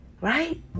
Right